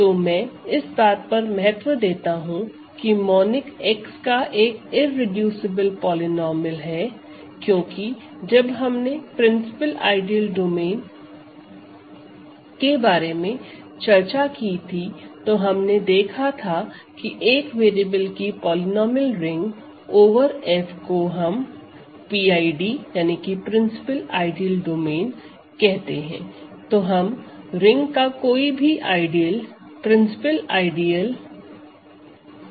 तो मैं इस बात पर महत्व देता हूं कि मोनिक x का एक इररेडूसिबल पॉलीनोमिअल है क्योंकि जब हमने प्रिंसिपल आइडियल डोमेन PID के बारे में चर्चा की थी तो हमने देखा था कि एक वेरिएबल की पॉलिनॉमियल रिंग ओवर F को हम PID कहते हैं